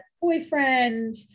boyfriend